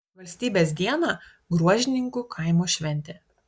valstybės dieną gruožninkų kaimo šventė